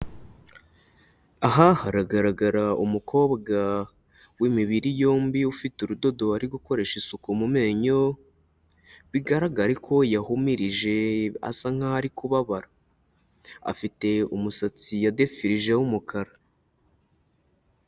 Aha haragaragara umukobwa w'imibiri yombi ufite urudodo ari gukoresha isuku mu menyo, bigaragare ko yahumirije asa nkaho ari kubabara, afite umusatsi yadefirije w'umukara.